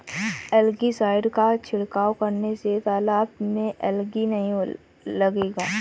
algae side का छिड़काव करने से तालाब में एलगी नहीं लगेगा